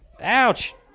Ouch